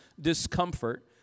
discomfort